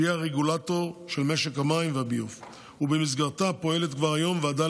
שהיא הרגולטור של משק המים והביוב ובמסגרתה פועלת כבר היום ועדה